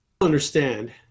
understand